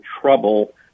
trouble